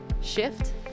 shift